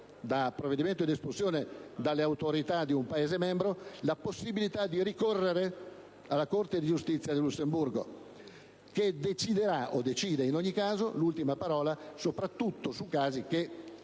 da provvedimento di espulsione dalle autorità di un Paese membro la possibilità di ricorrere alla Corte di giustizia di Lussemburgo che ha l'ultima parola, soprattutto su casi che